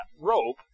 rope